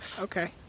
Okay